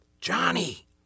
Johnny